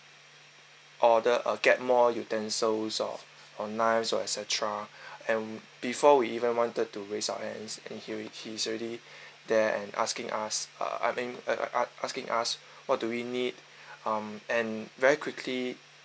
order uh get more utensils or or knives or et cetera and before we even wanted to raise our hands and he he's already there and asking us uh uh err as~ asking us what do we need um and very quickly